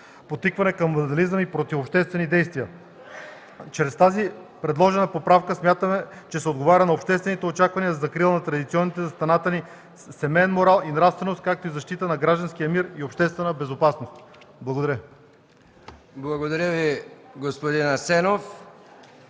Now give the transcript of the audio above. подтикване към вандализъм и противообществени действия. Чрез тази предложена поправка смятаме, че се отговаря на обществените очаквания за закрила на традиционните за страната ни семеен морал и нравственост, както и защита на гражданския мир и обществена безопасност. Благодаря.